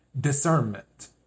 discernment